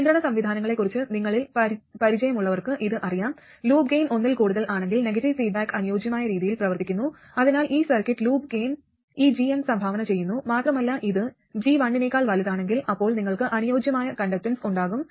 നിയന്ത്രണ സംവിധാനങ്ങളെക്കുറിച്ച് നിങ്ങളിൽ പരിചയമുള്ളവർക്ക് ഇത് അറിയാം ലൂപ്പ് ഗെയിൻ ഒന്നിൽ കൂടുതൽ ആണെങ്കിൽ നെഗറ്റീവ് ഫീഡ്ബാക്ക് അനുയോജ്യമായ രീതിയിൽ പ്രവർത്തിക്കുന്നു അതിനാൽ ഈ സർക്യൂട്ട് ലൂപ്പ് ഗെയിൻ ഈ gm സംഭാവന ചെയ്യുന്നു മാത്രമല്ല ഇത് G1 നേക്കാൾ വലുതാണെങ്കിൽ അപ്പോൾ നിങ്ങൾക്ക് അനുയോജ്യമായ കണ്ടക്ടൻസ് ഉണ്ടാകും